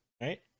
Right